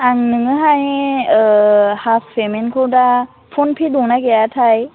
आं नोंनोहाय हाफ पेमेन्टखौ दा फन पे दंना गैयाथाय